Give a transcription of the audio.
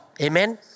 Amen